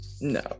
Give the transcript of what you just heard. no